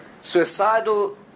Suicidal